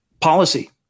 policy